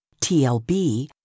TLB